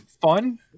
fun